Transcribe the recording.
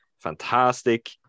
fantastic